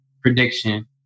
prediction